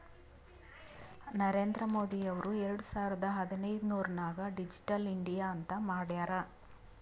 ನರೇಂದ್ರ ಮೋದಿ ಅವ್ರು ಎರಡು ಸಾವಿರದ ಹದಿನೈದುರ್ನಾಗ್ ಡಿಜಿಟಲ್ ಇಂಡಿಯಾ ಅಂತ್ ಮಾಡ್ಯಾರ್